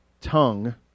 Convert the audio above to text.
tongue